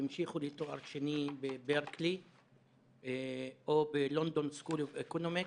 שהמשיכו לתואר שני בברקלי או ב-London school of economics,